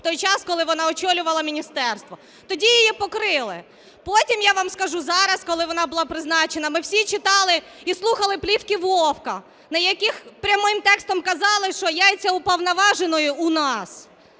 в той час, коли вона очолювала міністерство, тоді її покрили. Потім, я вам скажу, зараз, коли вона була призначена, ми всі читали і слухали "плівки Вовка", на яких прямим текстом казали, що "яйця Уповноваженої у нас".